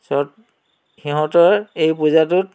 ছট সিহঁতৰ এই পূজাটোত